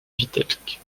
vitebsk